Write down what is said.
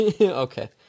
Okay